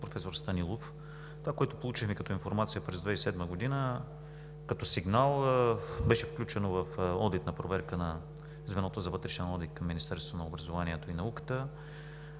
професор Станилов, това, което получихме като информация през 2007 г. като сигнал, беше включено в одитна проверка на Звеното за вътрешен одит към Министерството на образованието и науката.